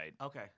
okay